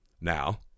Now